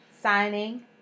Signing